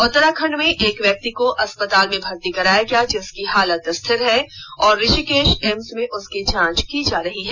उत्तराखंड में एक व्यक्ति को अस्पताल में भर्ती कराया गया जिसकी हालत स्थिर है और ऋषिकेश एम्स में उसकी जांच की जा रही है